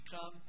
come